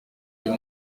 uyu